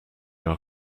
are